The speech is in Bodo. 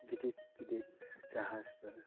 गिदिर गिदिर जाहाजफोर